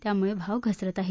त्यामुळे भाव घसरत आहेत